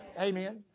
Amen